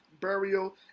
burial